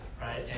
right